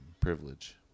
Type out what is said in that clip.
privilege